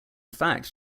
fact